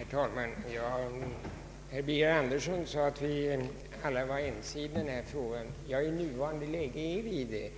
Herr talman! Herr Birger Andersson påstod att vi alla var ense i denna fråga. Ja, i nuvarande läge är vi det